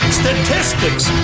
statistics